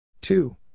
two